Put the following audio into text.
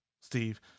Steve